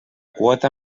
quota